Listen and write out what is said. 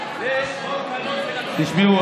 תשמעו,